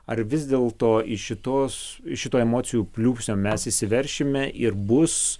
ar vis dėlto iš šitos šito emocijų pliūpsnio mes įsiveršime ir bus